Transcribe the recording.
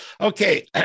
okay